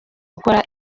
ukora